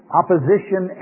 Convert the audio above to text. opposition